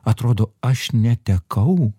atrodo aš netekau